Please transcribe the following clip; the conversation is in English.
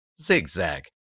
Zigzag